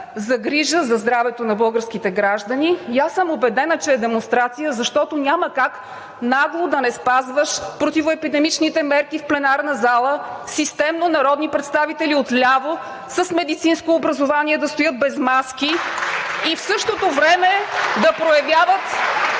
за грижа за здравето на българските граждани. Аз съм убедена, че е демонстрация, защото няма как нагло да не спазваш противоепидемичните мерки в пленарната зала – народни представители отляво и с медицинско образование системно стоят без маски (ръкопляскания от